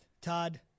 Todd